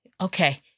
Okay